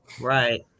Right